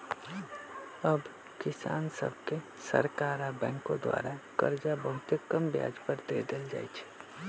अब किसान सभके सरकार आऽ बैंकों द्वारा करजा बहुते कम ब्याज पर दे देल जाइ छइ